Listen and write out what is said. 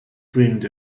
dreamed